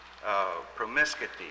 promiscuity